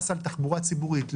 מס על תחבורה ציבורית,